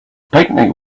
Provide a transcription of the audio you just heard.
picnic